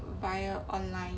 via online